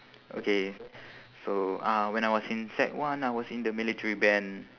okay so uh when I was in sec one I was in the military band